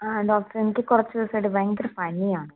ആ ഡോക്ടർ എനിക്ക് കുറച്ച് ദിവസമായിട്ട് ഭയങ്കര പനിയാണ്